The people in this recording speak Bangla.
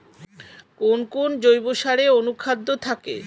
কোন কোন জৈব সারে অনুখাদ্য থাকে?